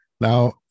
Now